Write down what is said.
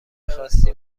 خاصی